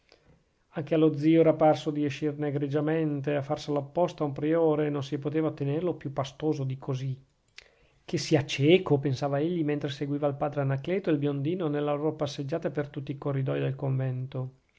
anche allo zio era parso di escirne egregiamente a farselo apposta un priore non si poteva ottenerlo più pastoso di così che sia cieco pensava egli mentre seguiva il padre anacleto e il biondino nella loro passeggiata per tutti i corridoi del convento